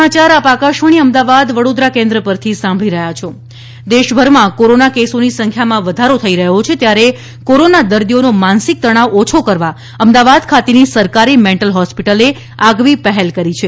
વાંચન અભિયાન દેશભરમાં કોરોના કેસોની સંખ્યામાં વધારો થઈ રહ્યો છે ત્યારે કોરોના દર્દીઓનો માનસિક તણાવ ઓછો કરવા અમદાવાદ ખાતેની સરકારી મેન્ટલ હોસ્પિટલે આગવી પહેલ કરી છે